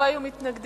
לא היו מתנגדים,